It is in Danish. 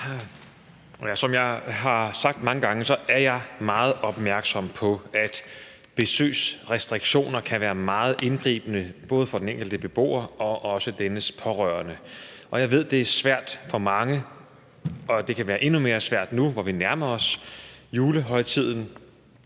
Som jeg har sagt mange gange, er jeg meget opmærksom på, at besøgsrestriktioner kan være meget indgribende for både den enkelte beboer og dennes pårørende. Jeg ved, det er svært for mange, og at det kan være endnu mere svært nu, hvor vi nærmer os julehøjtiden,